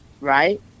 right